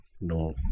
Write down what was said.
no